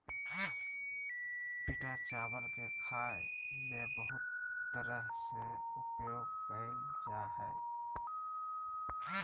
पिटा चावल के खाय ले बहुत तरह से उपयोग कइल जा हइ